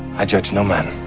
i judge no man.